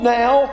now